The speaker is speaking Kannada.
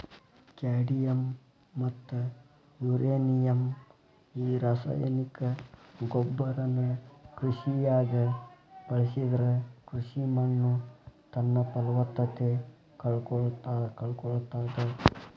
ಕ್ಯಾಡಿಯಮ್ ಮತ್ತ ಯುರೇನಿಯಂ ಈ ರಾಸಾಯನಿಕ ಗೊಬ್ಬರನ ಕೃಷಿಯಾಗ ಬಳಸಿದ್ರ ಕೃಷಿ ಮಣ್ಣುತನ್ನಪಲವತ್ತತೆ ಕಳಕೊಳ್ತಾದ